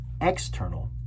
external